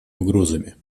угрозами